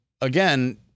again